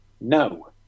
No